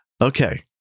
Okay